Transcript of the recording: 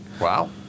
Wow